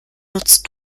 nutzt